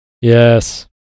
Yes